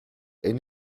est